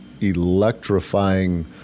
electrifying